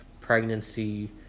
pregnancy